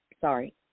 Sorry